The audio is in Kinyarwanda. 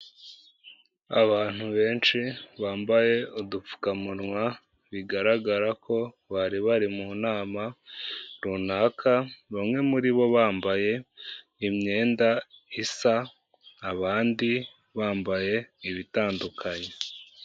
Abantu benshi bambaye udupfukamunwa, bigaragara ko bari bari mu nama runaka, bamwe muri bo bambaye imyenda isa, abandi bambaye ibitandukanye.